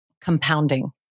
compounding